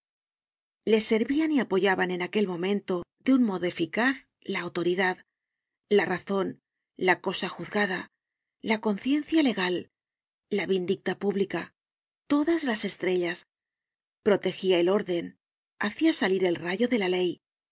le servían y apoyaban en aquel momento de un modo eficaz la autoridad la razon la cosa juzgada la conciencia legal la vindicta pública todas las estrellas protegía el orden hacia salir el rayo de la ley